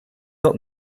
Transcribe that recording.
dat